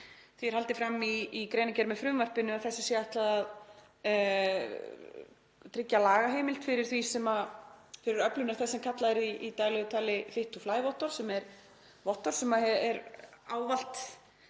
Því er haldið fram í greinargerð með frumvarpinu að þessu sé ætlað að tryggja lagaheimild fyrir öflun á því sem kallað er í daglegu tali „fit to fly“-vottorð, sem er vottorð sem er ávallt